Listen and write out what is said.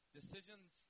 decisions